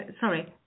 sorry